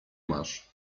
masz